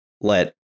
let